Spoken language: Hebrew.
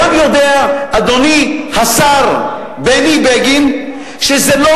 גם יודע אדוני השר בני בגין שזה לא